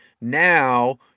now